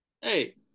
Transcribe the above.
hey